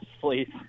please